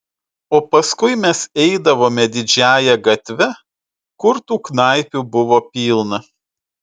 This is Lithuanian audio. o paskui mes eidavome didžiąja gatve kur tų knaipių buvo pilna